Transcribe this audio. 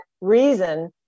reason